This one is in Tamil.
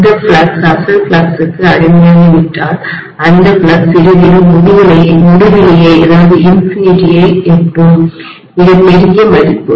இந்த ஃப்ளக்ஸ் அசல் ஃப்ளக்ஸுக்கு அடிமையாகிவிட்டால் அந்த ஃப்ளக்ஸ் இறுதியில் முடிவிலியை எட்டும் மிகப் பெரிய மதிப்பு